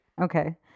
Okay